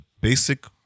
basic